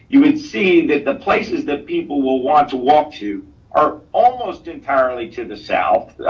you would see that the places that people will want to walk to are almost entirely to the south,